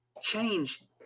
change